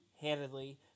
handedly